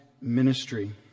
ministry